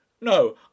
No